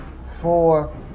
four